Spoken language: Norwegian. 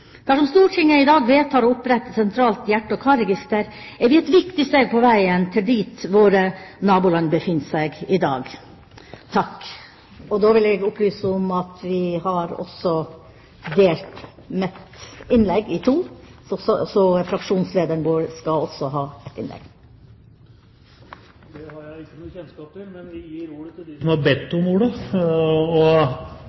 Dersom Stortinget i dag vedtar å opprette et sentralt hjerte- og karregister, er vi et viktig steg på veien til der våre naboland befinner seg i dag. Jeg vil opplyse om at jeg bare bruker 5 minutter, for fraksjonslederen vår skal også ha et innlegg. Det har presidenten ingen kjennskap til. Jeg gir ordet til dem som har bedt